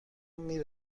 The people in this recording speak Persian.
نمی